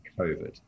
COVID